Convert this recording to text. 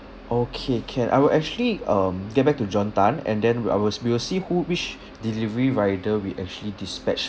okay can I will actually um get back to john tan and then we I will we will see who which delivery rider we actually dispatched